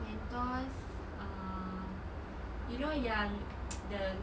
mentos um you know yang the